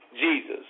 Jesus